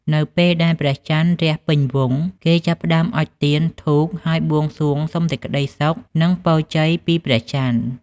នៅពេលដែលព្រះច័ន្ទរះពេញវង់ គេចាប់ផ្តើមអុជទៀន ធូប ហើយបួងសួងសុំសេចក្តីសុខ និងពរជ័យពីព្រះច័ន្ទ។